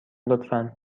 لطفا